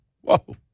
Whoa